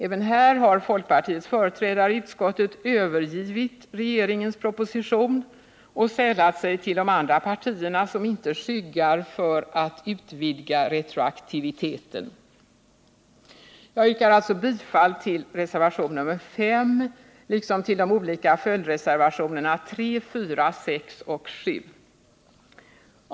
Även här har folkpartiets företrädare i utskottet övergivit regeringens proposition och sällat sig till de andra partierna, som inte skyggar för att utvidga retroaktiviteten. Jag yrkar alltså bifall till reservation nr 5 liksom till de olika följdreservationerna 3, 4, 6 och 7.